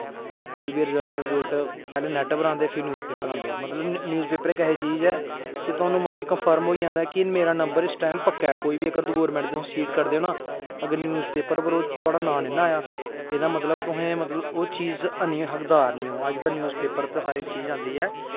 कोई बी result result पैह्लें नेट पर आंदे फिर न्यूज़ पेपर उप्पर आंदे मतलब न्यूज़ पेपर इक ऐसी चीज़ ऐ कि थाह्नूं मतलब कन्फर्म होई जंदा कि मेरा नंबर इस टैम पक्का ऐ कोई बी अगर तुस गौरमेंट दी सीट कड्ढदे ओ ना अगर न्यूज़ पेपर उप्पर थुआढ़ा नांऽ नेईं ना आया एह्दा मतलब तुसें ओह् ऐनी ऐ हकदार निं ऐ अज्ज कल न्यूज़ पेपर उप्पर हर इक चीज आंदी ऐ